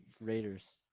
Raiders